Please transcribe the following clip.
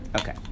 Okay